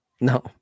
No